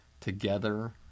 Together